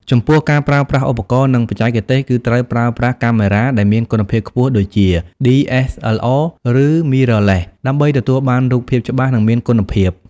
ចំពោះការប្រើប្រាស់ឧបករណ៍ និងបច្ចេកទេស គឺត្រូវប្រើប្រាស់កាមេរ៉ាដែលមានគុណភាពខ្ពស់ដូចជា DSLR ឬ Mirrorless ដើម្បីទទួលបានរូបភាពច្បាស់ និងមានគុណភាព។